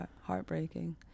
heartbreaking